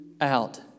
out